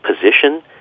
position